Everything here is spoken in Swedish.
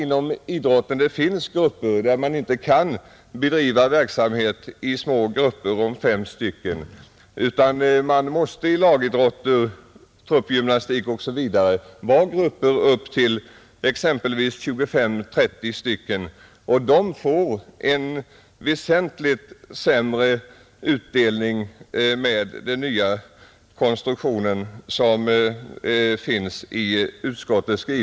Inom idrotten finns det aktiviteter som inte kan bedrivas i små grupper om fem deltagare, I lagidrotter, truppgymnastik osv. måste man t.ex. vara 20 - 30 deltagare, och de grupperna får väsentligt sämre utdelning med den konstruktion som nu föreslås i propositionen och i utskottets betänkande.